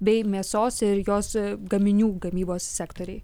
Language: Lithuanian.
bei mėsos ir jos gaminių gamybos sektoriai